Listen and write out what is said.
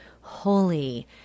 holy